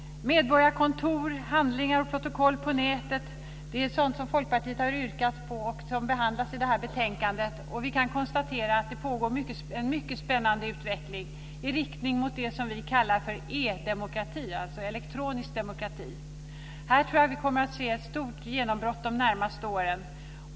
Medborgarkontor, handlingar och protokoll på nätet är sådant som Folkpartiet har yrkat om och som behandlas i betänkandet. Vi kan konstatera att det pågår en mycket spännande utveckling i riktning mot det som vi kallar för e-demokrati, alltså elektronisk demokrati. Här tror jag att vi kommer att se ett stort genombrott under de närmaste åren.